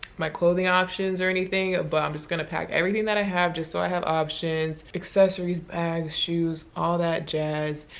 my clothing options or anything. but i'm just gonna pack everything that i have just so i have options, accessories, bags, shoes, all that jazz.